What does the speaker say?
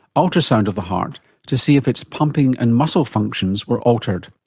ultrasound of the heart to see if its pumping and muscle functions were altered.